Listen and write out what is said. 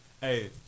Hey